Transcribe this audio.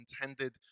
intended